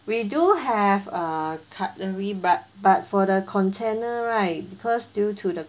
we do have uh cutlery but but for the container right because due to the